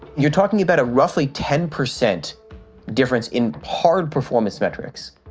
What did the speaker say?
you're talking about a roughly ten percent difference in hard performance metrics.